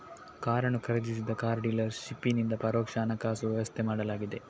ಕಾರನ್ನು ಖರೀದಿಸಿದ ಕಾರ್ ಡೀಲರ್ ಶಿಪ್ಪಿನಿಂದ ಪರೋಕ್ಷ ಹಣಕಾಸು ವ್ಯವಸ್ಥೆ ಮಾಡಲಾಗಿದೆ